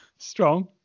strong